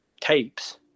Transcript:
tapes